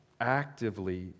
actively